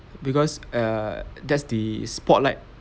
because err that's the spotlight